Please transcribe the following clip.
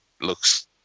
looks